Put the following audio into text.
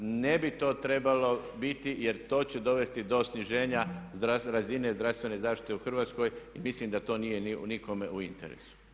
Ne bi to trebalo biti jer to će dovesti do sniženja razine zdravstvene zaštite u Hrvatskoj i mislim da to nije nikome u interesu.